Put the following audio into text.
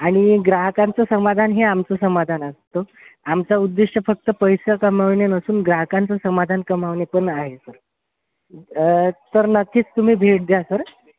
आणि ग्राहकांचं समाधान हे आमचं समाधान असतो आमचा उद्देश फक्त पैसं कमावणे नसून ग्राहकांचं समाधान कमावणे पण आहे सर तर नक्कीच तुम्ही भेट द्या सर